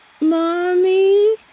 mommy